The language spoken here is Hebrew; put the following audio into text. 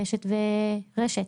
קשת ורשת?